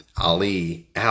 Ali